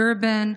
דרבן,